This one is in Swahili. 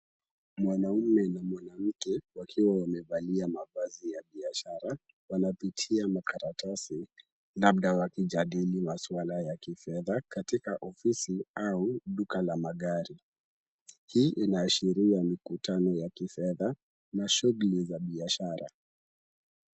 Mwanamume na mwanamke wakiwa wamevalia mavazi ya biashara wanapitia makaratasi labda wakijadili maswala ya kifedha katika ofisi au duka la magari. Hii inaashiria mikutano ya kifedha na shughuli za biashara.